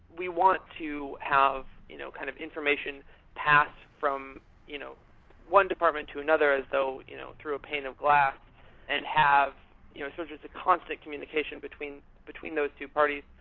we want to have you know kind of information passed from you know one department to another as though you know through a pane of glass and have you know sort of a constant communication between between those two parties,